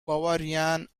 bavarian